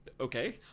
okay